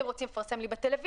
אתם רוצים לפרסם לי בטלוויזיה,